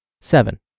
Seven